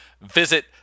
visit